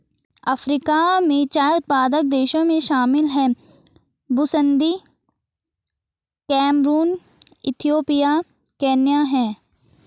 Africa में चाय उत्पादक देशों में शामिल हैं बुसन्दी कैमरून इथियोपिया केन्या है